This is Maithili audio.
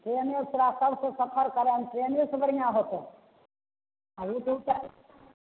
ट्रैनेसँ तोरा सबसँ सफर करऽमे ट्रैनेसँ बढ़िऑं होतऽ आ रूट ऊट तऽ